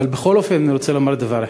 אבל בכל אופן אני רוצה לומר דבר אחד.